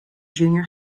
junior